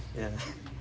ya